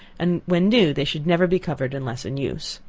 and when new they should never be covered unless in use.